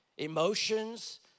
Emotions